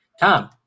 Tom